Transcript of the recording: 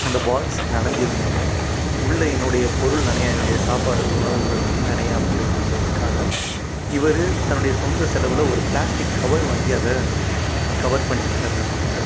அந்த பாக்ஸ் நனைஞ்சி இருந்தாலும் உள்ளே என்னோடைய பொருள் நனைய என்னுடைய சாப்பாடு உணவுகள் வந் நனையாமல் இருக்கணுங்கறதுக்காக இவர் தன்னுடைய சொந்த செலவில் ஒரு ப்ளாஸ்டிக் கவர் வாங்கி அதை கவர் பண்ணிருக்காரு என்னுடைய ஃபுட்டை